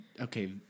okay